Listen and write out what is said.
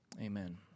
Amen